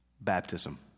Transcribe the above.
Baptism